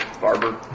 barber